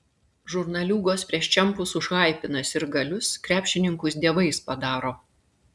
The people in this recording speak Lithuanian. žurnaliūgos prieš čempus užhaipina sirgalius krepšininkus dievais padaro